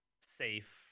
safe